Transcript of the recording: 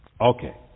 Okay